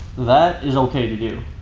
that is okay to do.